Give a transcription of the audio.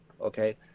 Okay